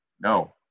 No